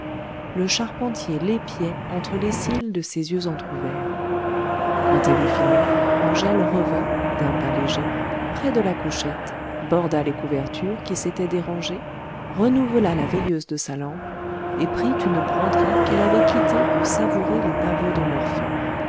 le charpentier l'épiait entre les cils de ses yeux entr'ouverts quand elle eut fini angèle revint d'un pas léger près de la couchette borda les couvertures qui s'étaient dérangées renouvela la veilleuse de sa lampe et prit une broderie qu'elle avait quittée pour savourer les pavots de morphée